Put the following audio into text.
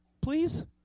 please